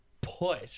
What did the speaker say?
push